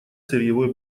сырьевой